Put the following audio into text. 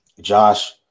Josh